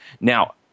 Now